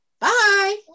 Bye